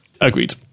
Agreed